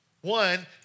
One